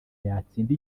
yatsinda